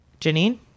Janine